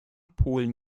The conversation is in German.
polen